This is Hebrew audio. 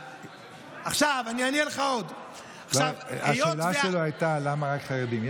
השאלה שלו הייתה למה רק חרדים.